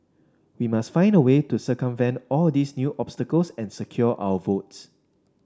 we must find a way to circumvent all these new obstacles and secure our votes